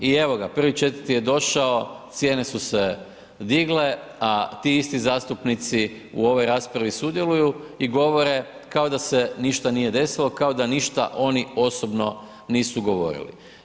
I evo ga, 1.4. je došao, cijene su se digle, a ti isti zastupnici u ovoj raspravi sudjeluju i govore kao da se ništa nije desilo, kao da ništa oni osobno nisu govorili.